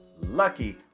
Lucky